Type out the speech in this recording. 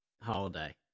holiday